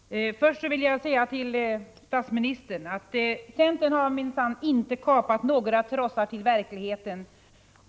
Herr talman! Först vill jag säga till statsministern att centern har minsann inte kapat några trossar till verkligheten.